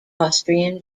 austrian